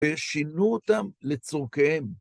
‫ושינו אותם לצורכיהם.